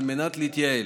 על מנת להתייעל.